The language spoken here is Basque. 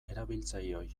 erabiltzaileoi